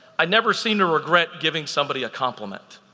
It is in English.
i never seem to regret giving somebody a compliment.